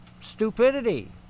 stupidity